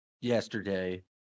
Yesterday